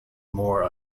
more